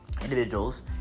individuals